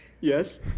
Yes